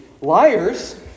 liars